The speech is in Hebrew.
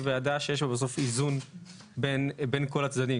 ועדה שיש בה בסוף איזון בין כל הצדדים.